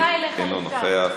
אינה נוכחת,